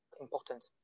important